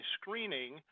screening